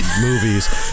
movies